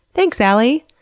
thanks, alie!